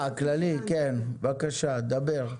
הכללי, כן, בבקשה דבר.